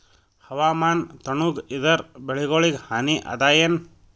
ಹವಾಮಾನ ತಣುಗ ಇದರ ಬೆಳೆಗೊಳಿಗ ಹಾನಿ ಅದಾಯೇನ?